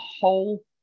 whole